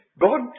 God